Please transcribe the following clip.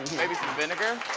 maybe some vinegar.